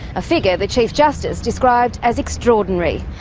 a figure the chief justice described as extraordinary.